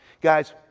Guys